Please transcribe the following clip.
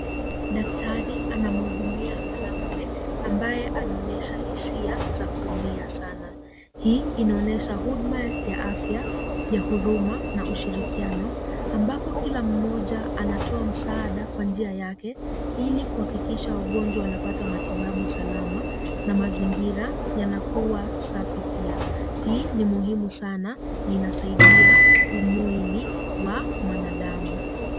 Daktari, anamhudumia mwanamume ambaye anaonyesha hisia za kuumia sana. Hii inaonyesha huduma ya afya ya huruma na ushirikiano, ambapo kila mmoja anatoa msaada kwa njia yake, ili kuhakikisha wagonjwa wanapata matibabu salama na mazingira yanakuwa safi pia. Hii ni muhimu sana na inasaidia umwili wa mwanadamu.